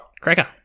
Cracker